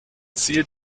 ziel